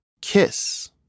KISS